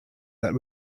that